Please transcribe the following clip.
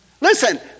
Listen